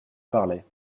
parlait